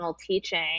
teaching